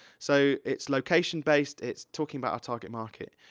so, it's location-based, it's talking but a target market.